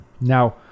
now